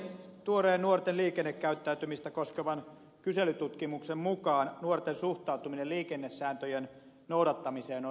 tuoreen nuorten liikennekäyttäytymistä koskevan kyselytutkimuksen mukaan nuorten suhtautuminen liikennesääntöjen noudattamiseen on rapautunut